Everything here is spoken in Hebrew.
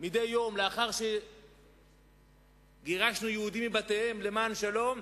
מדי יום לאחר שגירשנו יהודים מבתיהם למען שלום,